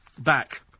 back